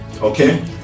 okay